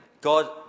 God